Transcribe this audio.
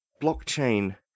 blockchain